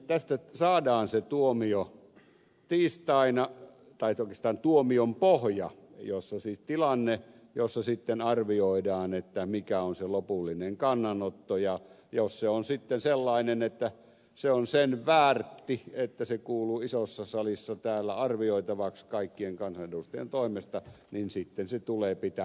tästä saadaan se tuomio tiistaina tai oikeastaan tuomion pohja ja siinä tilanteessa sitten arvioidaan mikä on se lopullinen kannanotto ja jos se on sitten sellainen että se on sen väärti että se kuuluu isossa salissa täällä arvioitavaksi kaikkien kansanedustajien toimesta niin sitten se tuleepi tänne